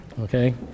Okay